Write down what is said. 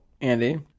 Andy